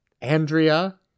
Andrea